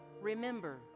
remember